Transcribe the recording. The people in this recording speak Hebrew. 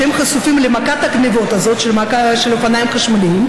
שחשופים למכת הגנבות הזאת של אופניים חשמליים,